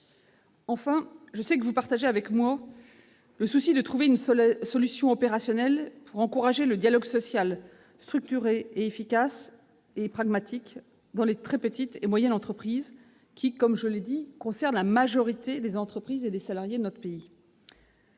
Enfin, je sais que vous partagez avec moi le souci de trouver une solution opérationnelle pour encourager un dialogue social structuré, efficace et pragmatique dans les très petites et moyennes entreprises, qui, comme je l'ai déjà dit, constituent la majorité des entreprises et des salariés de notre pays.